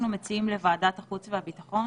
לוועדת החוץ והביטחון,